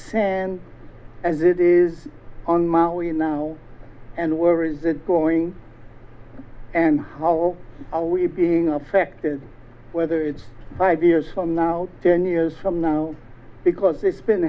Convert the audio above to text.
sand as it is on maui now and where is it going and how are we being affected whether it's ideas from now ten years from now because it's been